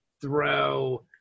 throw